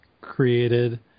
created